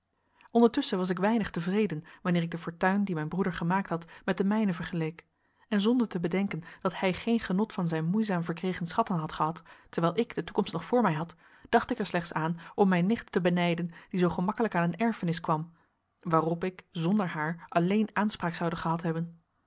ondertusschen was ik weinig tevreden wanneer ik de fortuin die mijn broeder gemaakt had met de mijne vergeleek en zonder te bedenken dat hij geen genot van zijn moeizaam verkregen schatten had gehad terwijl ik de toekomst nog voor mij had dacht ik er slechts aan om mijn nicht te benijden die zoo gemakkelijk aan een erfenis kwam waarop ik zonder haar alleen aanspraak zoude gehad hebben